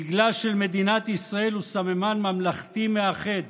דגלה של מדינת ישראל הוא סממן ממלכתי מאחד.